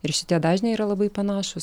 ir šitie dažniai yra labai panašūs